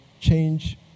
change